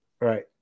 right